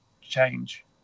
change